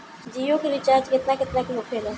जियो के रिचार्ज केतना केतना के होखे ला?